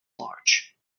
large